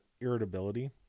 irritability